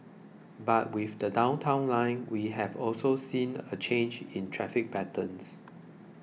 but with the Downtown Line we have also seen a change in traffic patterns